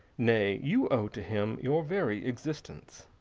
nay, you owe to him your very existence.